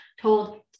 told